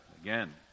Again